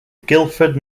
guilford